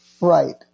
Right